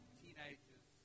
teenagers